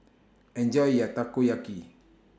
Enjoy your Takoyaki